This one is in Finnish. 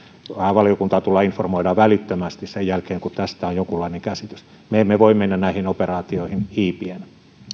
valiokuntaa tullaan informoimaan välittömästi sen jälkeen kun tästä on jonkunlainen käsitys me emme voi mennä näihin operaatioihin hiipien